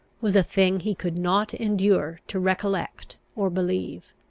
was a thing he could not endure to recollect or believe.